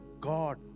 God